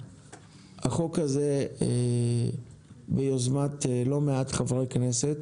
החוק הזה הוא ביוזמת לא מעט חברי כנסת.